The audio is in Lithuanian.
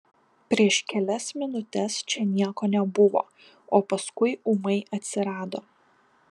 prieš kelias minutes čia nieko nebuvo o paskui ūmai atsirado